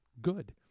good